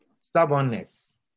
Stubbornness